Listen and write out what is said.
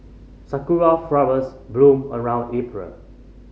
sakura flowers bloom around April